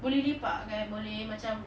boleh lepak boleh macam